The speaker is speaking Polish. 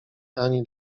ani